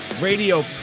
Radio